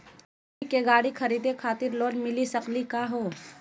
हमनी के गाड़ी खरीदै खातिर लोन मिली सकली का हो?